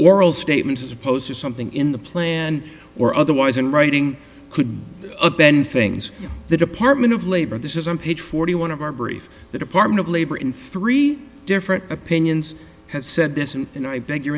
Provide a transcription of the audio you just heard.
oral statements as opposed to something in the plan or otherwise in writing could be a ben things the department of labor this is on page forty one of our brief the department of labor in three different opinions has said this and i beg your